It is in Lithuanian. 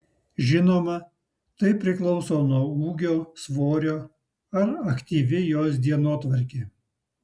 žinoma tai priklauso nuo ūgio svorio ar aktyvi jos dienotvarkė